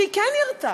שהיא כן ירתה.